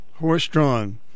Horse-drawn